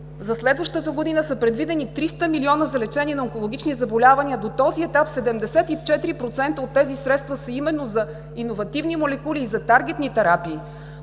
за следващата година са предвидени 300 милиона за лечение на онкологични заболявания, а до този етап 74% от тези средства са именно за иновативни молекули и за таргетни терапии.